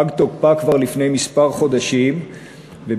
פג תוקפה כבר לפני כמה חודשים ובגלל